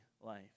life